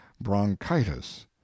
bronchitis